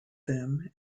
them